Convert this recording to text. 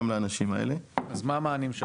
אז מה המענים?